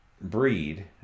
breed